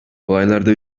olaylarda